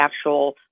actual